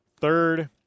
third